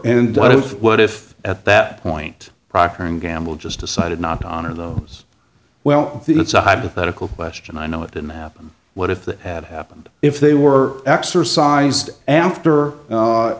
and what if what if at that point procter and gamble just decided not to honor those well that's a hypothetical question i know it didn't happen what if that had happened if they were exercised after